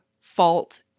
fault